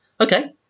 okay